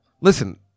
Listen